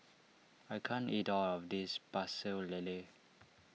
I can't eat all of this Pecel Lele